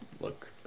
look